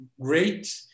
great